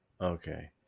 Okay